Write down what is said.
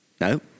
No